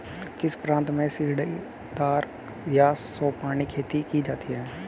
किस प्रांत में सीढ़ीदार या सोपानी खेती की जाती है?